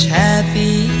happy